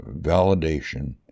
validation